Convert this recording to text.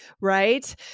right